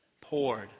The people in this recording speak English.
poured